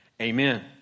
Amen